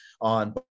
on